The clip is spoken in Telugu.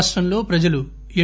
రాష్టంలో ప్రజలు ఎన్